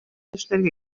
эшләргә